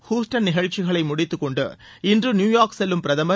Houston நிகழ்ச்சிகளை முடித்துக்கொண்டு இன்று நியூயார்க் செல்லும் பிரதமர்